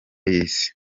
y’isi